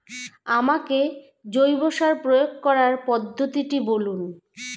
আমাকে জৈব সার প্রয়োগ করার পদ্ধতিটি বলুন?